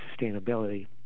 sustainability